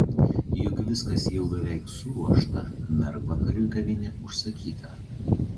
juk viskas jau beveik suruošta mergvakariui kavinė užsakyta